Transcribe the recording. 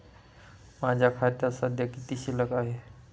माझ्या खात्यात सध्या किती शिल्लक आहे?